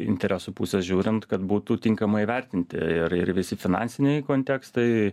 interesų pusės žiūrint kad būtų tinkamai įvertinti ir ir visi finansiniai kontekstai